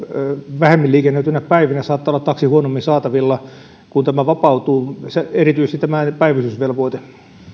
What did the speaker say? vähemmin liikennöityinä päivinä saattaa olla taksi huonommin saatavilla kun tämä vapautuu erityisesti tämä päivystysvelvoite